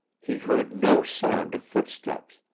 he heard no sound of footsteps,